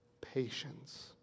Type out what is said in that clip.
patience